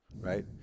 right